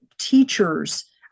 teachers